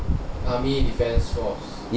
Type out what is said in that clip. army defence force